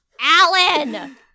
Alan